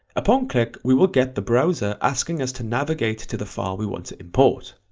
upon click we will get the browser asking us to navigate to the file we want to import,